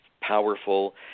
powerful